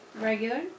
Regular